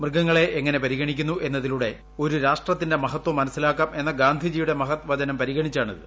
മൃഗങ്ങളെ എങ്ങനെ പരിഗണിക്കുന്നു എന്നതിലൂടെ ഒരു രാഷ്ട്രത്തിന്റെ മഹത്വം മനസ്സിലാക്കാം എന്ന ഗാന്ധിജിയുടെ മഹത് വചനം പരിഗണിച്ചാണിത്